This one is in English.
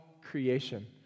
creation